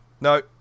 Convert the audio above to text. No